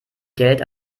geld